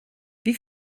wie